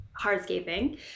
hardscaping